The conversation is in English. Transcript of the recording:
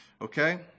okay